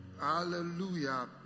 hallelujah